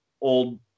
old